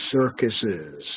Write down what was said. circuses